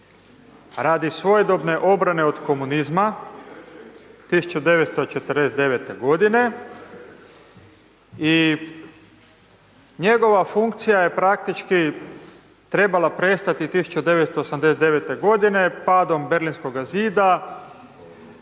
radi svojedobne obrane od komunizma 1949. godine i njegova funkcija je praktički trebala prestati 1989. godine padom Berlinskoga zida,